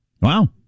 Wow